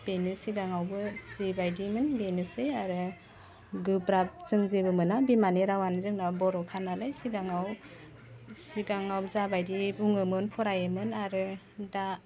बेनो सिगाङावबो जिबायदिमोन बेनोसै आरो गोब्राब जों जेबो मोना बिमानि रावानो जोंना बर'खा नालाय सिगाङाव सिगाङाव जा बायदि बुङोमोन फरायोमोन आरो दा